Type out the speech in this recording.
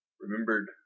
remembered